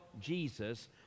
Jesus